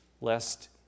lest